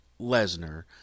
Lesnar